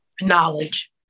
knowledge